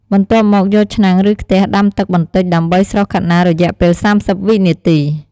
បន្ទាប់មក យកឆ្នាំងឬខ្ទះដាំទឹកបន្តិច ដើម្បីស្រុះខាត់ណារយៈពេល៣០វិនាទី។